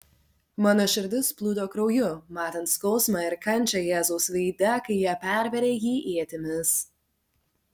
mano širdis plūdo krauju matant skausmą ir kančią jėzaus veide kai jie pervėrė jį ietimis